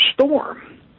storm